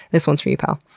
this one's for you, pal.